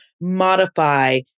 modify